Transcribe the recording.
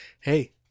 hey